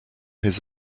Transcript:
his